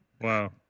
Wow